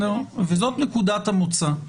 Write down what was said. זאת נקודת המוצא.